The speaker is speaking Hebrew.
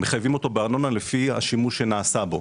מחייבים אותו בארנונה לפי השימוש שנעשה בו.